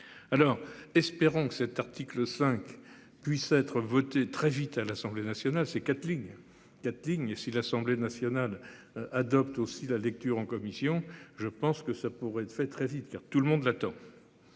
Alors espérons que cet article 5 puisse être votée très vite à l'Assemblée nationale. Ces quatre lignes 4 lignes si l'Assemblée nationale adopte aussi la lecture en commission, je pense que ça pourrait être fait très vite car tout le monde l'attend.